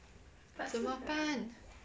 怎么办